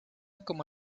como